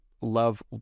love